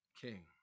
king